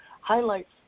highlights